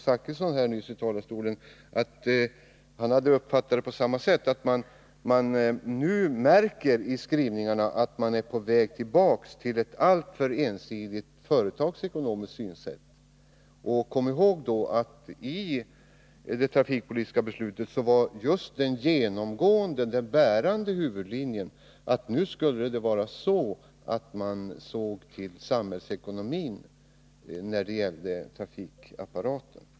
Jag tycker mig nämligen märka i skrivningarna — Bertil Zachrisson sade att han hade uppfattat det på samma sätt — att man är på väg tillbaka till ett alltför ensidigt företagsekonomiskt synsätt. Vi bör i det här sammanhanget komma ihåg att den bärande huvudlinjen i det trafikpolitiska beslutet var att man skulle se till samhällsekonomin när det gällde trafikapparaten.